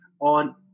on